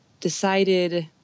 decided